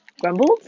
Grumbled